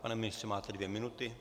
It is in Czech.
Pane ministře, máte dvě minuty.